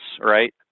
right